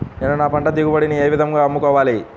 నేను నా పంట దిగుబడిని ఏ విధంగా అమ్ముకోవాలి?